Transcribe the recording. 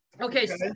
Okay